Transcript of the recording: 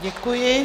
Děkuji.